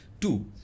Two